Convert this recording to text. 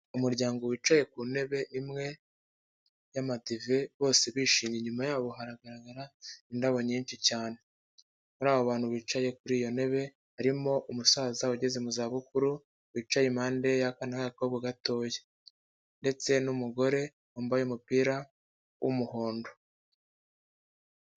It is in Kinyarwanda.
Umuryango wicaye ku ntebe imwe y'amadive bose bishimye. Inyuma yabo haragaragara indabo nyinshi cyane. Muri abo bantu bicaye kuri iyo ntebe harimo umusaza ugeze mu zabukuru wicaye impande y'akana k'agakobwa gatoya ndetse n'umugore wambaye umupira w'umuhondo.